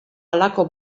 halako